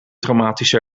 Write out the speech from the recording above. traumatische